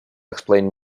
explain